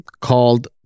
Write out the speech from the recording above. called